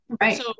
Right